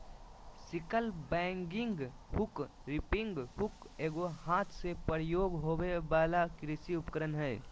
sickle bagging hook, reaping hook एगो हाथ से प्रयोग होबे वला कृषि उपकरण हइ